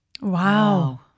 Wow